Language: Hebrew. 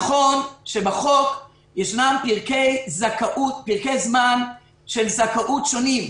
נכון שבחוק ישנם פרקי זמן של זכאות שונים.